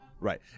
right